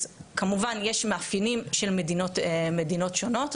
אז כמובן יש מאפיינים של מדינות שונות,